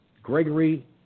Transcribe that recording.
Gregory